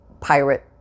pirate